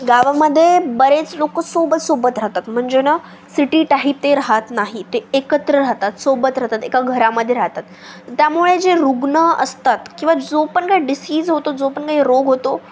गावामध्ये बरेच लोक सोबत सोबत राहतात म्हणजे ना सिटी टाईप ते राहात नाही ते एकत्र राहतात सोबत राहतात एका घरामध्ये राहतात त्यामुळे जे रुग्ण असतात किंवा जो पण काही डिसीज होतो जो पण काही रोग होतो